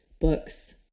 Books